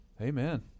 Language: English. Amen